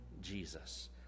Jesus